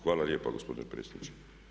Hvala lijepa gospodine predsjedniče.